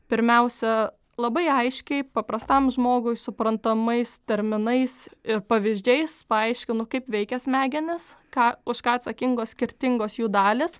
pirmiausia labai aiškiai paprastam žmogui suprantamais terminais ir pavyzdžiais paaiškinu kaip veikia smegenys ką už ką atsakingos skirtingos jų dalys